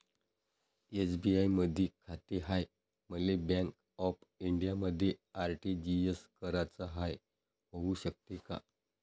SBI मधी खाते हाय, मले बँक ऑफ इंडियामध्ये आर.टी.जी.एस कराच हाय, होऊ शकते का?